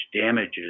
damages